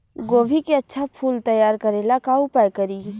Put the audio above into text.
गोभी के अच्छा फूल तैयार करे ला का उपाय करी?